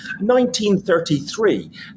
1933